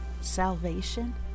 salvation